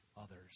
others